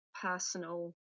personal